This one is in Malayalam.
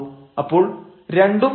അപ്പോൾ 2 ഉം u1 ഉം അധികം 0 വും